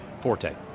Forte